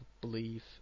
believe